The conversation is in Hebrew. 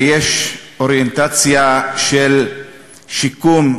ויש אוריינטציה של שיקום,